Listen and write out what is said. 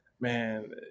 man